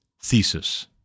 thesis